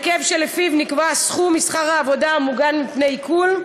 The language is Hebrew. הרכב שלפיו נקבע הסכום משכר העבודה המוגן מפני עיקול.